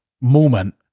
moment